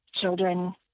children